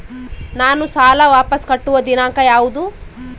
ನಾನು ಸಾಲ ವಾಪಸ್ ಕಟ್ಟುವ ದಿನಾಂಕ ಯಾವುದು?